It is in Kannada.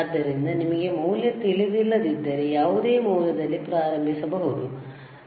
ಆದ್ದರಿಂದ ನಿಮಗೆ ಮೌಲ್ಯ ತಿಳಿದಿಲ್ಲದಿದ್ದರೆ ಯಾವುದೇ ಮೌಲ್ಯದಲ್ಲಿ ಪ್ರಾರಂಭಿಸಬಹುದು